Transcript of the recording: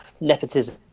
Nepotism